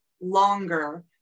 longer